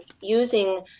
using